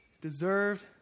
deserved